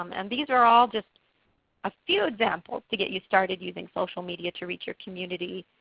um and these are all just a few examples to get you started using social media to reach your community,